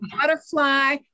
butterfly